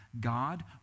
God